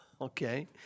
Okay